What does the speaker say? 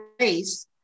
race